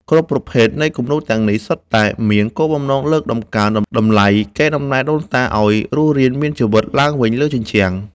គ្រប់ប្រភេទនៃគំនូរទាំងនេះ សុទ្ធតែមានគោលបំណងលើកតម្កើងតម្លៃកេរដំណែលដូនតាឱ្យរស់រានមានជីវិតឡើងវិញលើជញ្ជាំង។